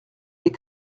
les